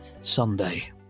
Sunday